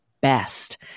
best